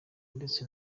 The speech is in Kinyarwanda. ndetse